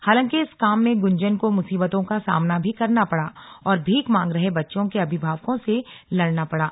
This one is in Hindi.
हालांकि इस काम में गंजन को मुसीबतों का सामना भी करना पड़ा और भीख मांग रहे बच्चों के अभिभावकों से लड़ना पड़ा